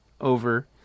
over